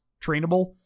trainable